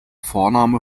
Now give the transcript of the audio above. vorname